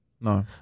No